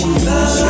Love